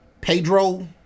Pedro